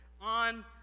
on